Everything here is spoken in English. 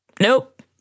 nope